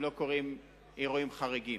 אם לא קורים אירועים חריגים.